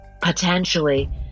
potentially